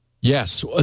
Yes